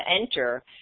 enter